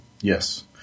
Yes